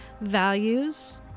values